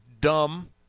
dumb